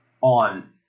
on